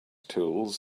tools